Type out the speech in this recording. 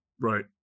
Right